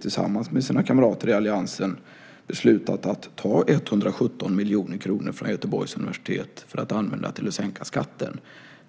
tillsammans med sina kamrater i alliansen har beslutat att ta 117 miljoner kronor från Göteborgs universitet för att använda till att sänka skatten.